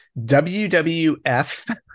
wwf